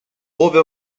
ove